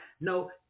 No